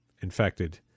infected